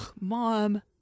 mom